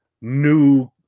new